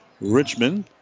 Richmond